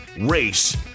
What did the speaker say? race